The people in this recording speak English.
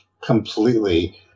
completely